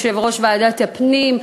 יושבת-ראש ועדת הפנים.